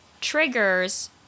triggers